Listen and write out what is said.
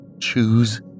Choose